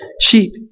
sheep